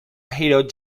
hero